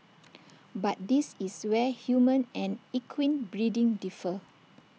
but this is where human and equine breeding differ